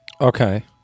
Okay